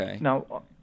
Now